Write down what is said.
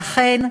ואכן,